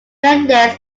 remnants